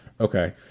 Okay